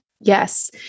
Yes